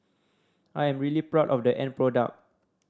I am really proud of the end product